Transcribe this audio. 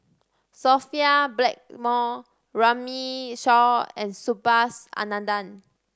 Sophia Blackmore Runme Shaw and Subhas Anandan